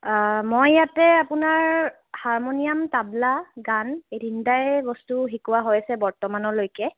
মই ইয়াতে আপোনাৰ হাৰমণিয়াম তাবলা গান এই তিনিটাই বস্তু শিকোৱা হৈছে বৰ্তমানলৈকে